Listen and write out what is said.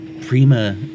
Prima